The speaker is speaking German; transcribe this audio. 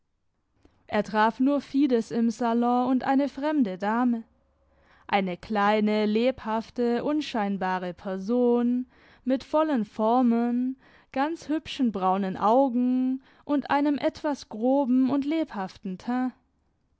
er traf nur fides im salon und eine fremde dame eine kleine lebhafte unscheinbare person mit vollen formen ganz hübschen braunen augen und einem etwas groben und lebhaften teint